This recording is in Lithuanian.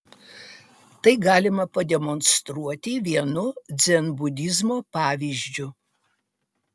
tai galima pademonstruoti vienu dzenbudizmo pavyzdžiu